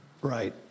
right